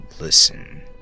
Listen